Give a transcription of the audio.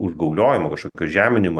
užgauliojimo kažkokio žeminimo